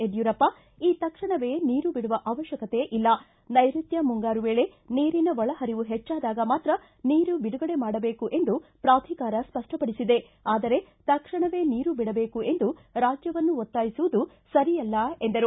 ಯಡ್ಕೂರಪ್ಪ ಈ ತಕ್ಷಣವೇ ನೀರು ಬಿಡುವ ಅವತ್ಯಕತೆ ಇಲ್ಲ ನೈಋತ್ಯ ಮುಂಗಾರು ವೇಳೆ ನೀರಿನ ಒಳ ಹರಿವು ಹೆಚ್ಚಾದಾಗ ಮಾತ್ರ ನೀರು ಬಿಡುಗಡೆ ಮಾಡಬೇಕು ಎಂದು ಪೂಧಿಕಾರ ಸ್ವಪ್ಪಪಡಿಸಿದೆ ಆದರೆ ತಕ್ಷಣವೇ ನೀರು ಬಿಡಬೇಕು ಎಂದು ರಾಜ್ಯವನ್ನು ಒತ್ತಾಯಿಸುವುದು ಸರಿಯಲ್ಲ ಎಂದರು